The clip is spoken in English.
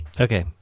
Okay